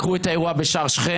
קחו את האירוע בשער שכם,